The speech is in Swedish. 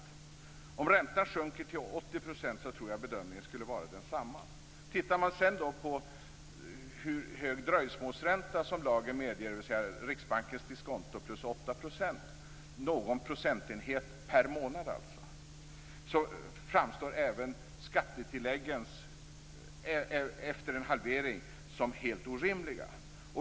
Om räntan skulle sjunka till 80 % tror jag att bedömningen skulle vara densamma. Om man sedan tittar på hur hög dröjsmålsränta som lagen medger, dvs. Riksbankens diskonto plus 8 %- alltså någon procentenhet per månad - framstår skattetilläggen även efter en halvering som helt orimliga.